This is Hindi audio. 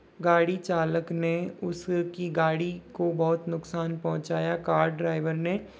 गाड़ी चालक ने उस की गाड़ी को बहुत नुकसान पहुंचाया कार ड्राइवर ने